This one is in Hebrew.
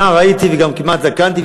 נער הייתי וגם כמעט זקנתי,